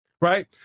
Right